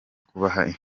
kubaha